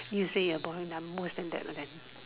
you say a boy lah mostly that would be better